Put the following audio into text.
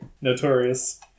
Notorious